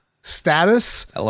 status